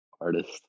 artist